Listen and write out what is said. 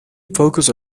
focus